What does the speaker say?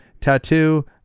Tattoo